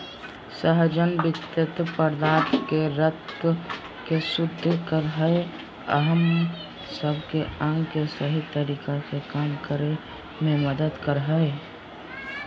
सहजन विशक्त पदार्थ के रक्त के शुद्ध कर हइ अ हम सब के अंग के सही तरीका से काम करे में मदद कर हइ